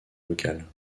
locales